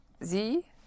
sie